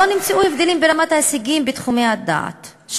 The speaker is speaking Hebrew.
לא נמצאו הבדלים ברמת ההישגים בתחומי הדעת,